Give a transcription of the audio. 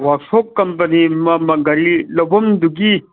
workshop company ꯒꯥꯔꯤ ꯂꯧꯕꯝꯗꯨꯒꯤ